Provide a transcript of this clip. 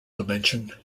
dimension